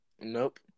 Nope